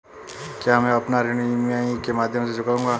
क्या मैं अपना ऋण ई.एम.आई के माध्यम से चुकाऊंगा?